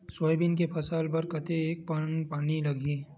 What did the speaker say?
Soybean के फसल बर कतेक कन पानी लगही?